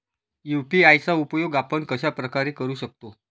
UPI चा उपयोग आपण कशाप्रकारे करु शकतो?